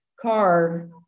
car